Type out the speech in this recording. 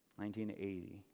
1980